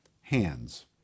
Hands